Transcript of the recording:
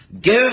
give